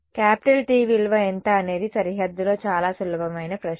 capital T విలువ ఎంత అనేది సరిహద్దులో చాలా సులభమైన ప్రశ్న